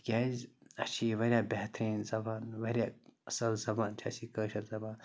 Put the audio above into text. تِکیٛازِ اَسہِ چھِ یہِ واریاہ بہتریٖن زَبان واریاہ اَصٕل زَبان چھِ اَسہِ یہِ کٲشِر زَبان